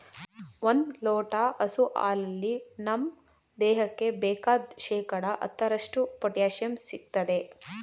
ಒಂದ್ ಲೋಟ ಹಸು ಹಾಲಲ್ಲಿ ನಮ್ ದೇಹಕ್ಕೆ ಬೇಕಾದ್ ಶೇಕಡಾ ಹತ್ತರಷ್ಟು ಪೊಟ್ಯಾಶಿಯಂ ಸಿಗ್ತದೆ